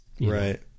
Right